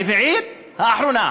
הרביעית, האחרונה.